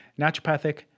naturopathic